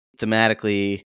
thematically